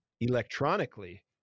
electronically